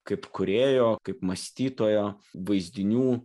kaip kūrėjo kaip mąstytojo vaizdinių